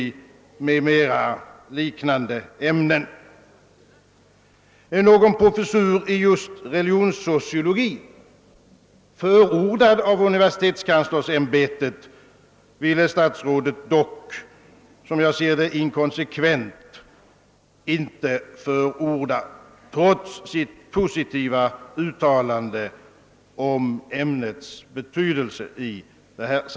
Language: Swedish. Någon professur i religionssociologi, som förordats av universitetskanslersämbetet, vill dock statsrådet — inkonsekvent, såsom jag ser det — inte förorda trots sitt positiva uttalande om ämnets betydelse.